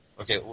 Okay